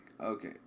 Okay